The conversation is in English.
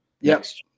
Yes